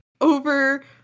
over